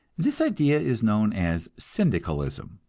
this idea is known as syndicalism,